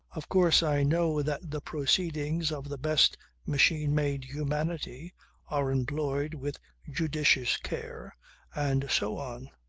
of course i know that the proceedings of the best machine-made humanity are employed with judicious care and so on.